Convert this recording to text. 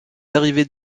arrivées